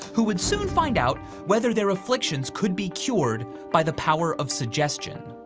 who would soon find out whether their afflictions could be cured by the power of suggestion.